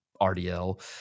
rdl